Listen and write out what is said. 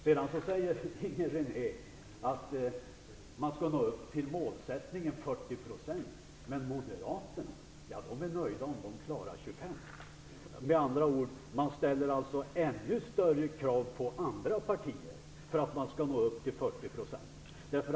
Inger René säger att man skall nå upp till 40 %. Men Moderaterna är nöjda om de klarar 25 %. Med andra ord ställer man ännu större krav på andra partier för att nå upp till 40 %.